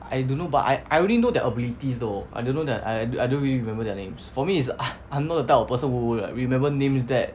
I don't know but I I only know their abilities though I don't know that I I don't really remember their names for me is I'm not that type of person who will like remember names that